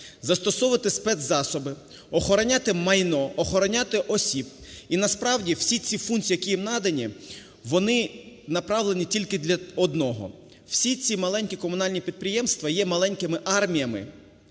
застосовувати спецзасоби, охороняти майно, охороняти осіб. І насправді всі ці функції, які їм надані, вони направлені тільки для одного – всі ці маленькі комунальні підприємства є маленькими арміями